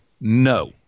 no